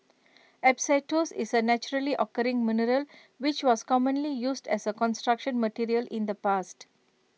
asbestos is A naturally occurring mineral which was commonly used as A Construction Material in the past